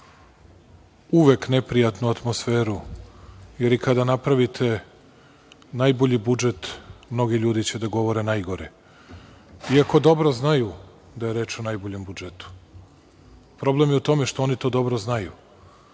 uvek neprijatnu atmosferu, jer i kada napravite najbolji budžet, mnogi ljudi će da govore najgore, iako dobro znaju da je reč o najboljem budžetu. Problem je u tome što oni to dobro znaju.